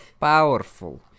powerful